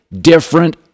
different